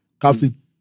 captain